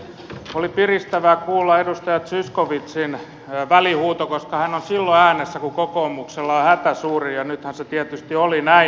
oli piristävää kuulla edustaja zyskowiczin välihuuto koska hän on silloin äänessä kun kokoomuksella on hätä suurin ja nythän se tietysti oli näin